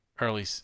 Early